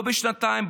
לא בשנתיים,